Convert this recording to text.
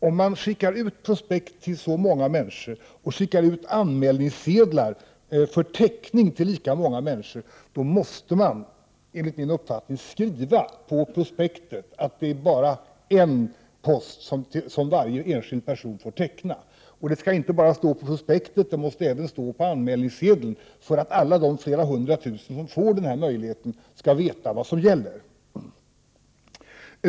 Om man skickar ut prospekt till så många människor och skickar ut anmälningssedlar för teckning till lika många människor, måste man, enligt min uppfattning, skriva på prospektet att det bara är en post som varje enskild person får teckna. Det skall inte bara stå på prospektet, det måste även stå på anmälningssedeln för att alla de flera hundra tusen som får denna möjlighet skall veta vad som gäller.